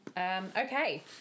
Okay